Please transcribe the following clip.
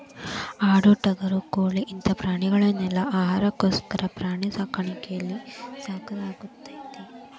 ಆಡು ಟಗರು ಕೋಳಿ ಇಂತ ಪ್ರಾಣಿಗಳನೆಲ್ಲ ಆಹಾರಕ್ಕೋಸ್ಕರ ಪ್ರಾಣಿ ಸಾಕಾಣಿಕೆಯಲ್ಲಿ ಸಾಕಲಾಗ್ತೇತಿ